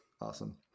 Awesome